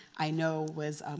i know was